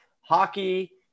hockey